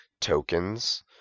tokens